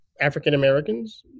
African-Americans